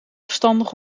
verstandig